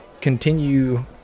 continue